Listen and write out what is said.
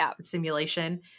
simulation